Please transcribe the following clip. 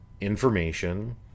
information